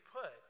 put